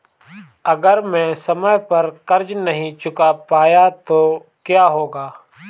अगर मैं समय पर कर्ज़ नहीं चुका पाया तो क्या होगा?